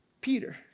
Peter